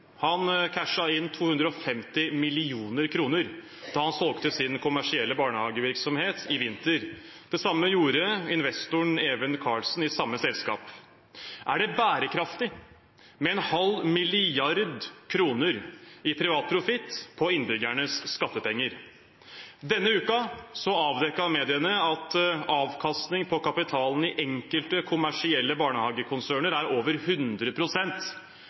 inn 250 mill. kr da han solgte sin kommersielle barnehagevirksomhet i vinter. Det samme gjorde investoren Even Carlsen i samme selskap. Er det bærekraftig med en halv milliard kroner i privat profitt på innbyggernes skattepenger? Denne uken avdekket mediene at avkastningen på kapitalen i enkelte kommersielle barnehagekonserner er på over